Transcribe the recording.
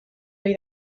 ohi